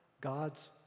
God's